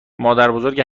مادربزرگ